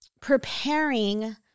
preparing